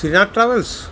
Shrinath travels